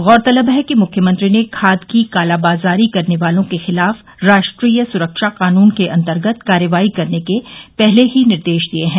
गौरतलब है कि मुख्यमंत्री ने खाद की कालाबाजारी करने वालों के खिलाफ राष्ट्रीय सुरक्षा कानून के अन्तर्गत कार्रवाई करने के पहले ही निर्देश दिये हैं